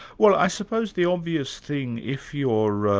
well i suppose the obvious thing, if you're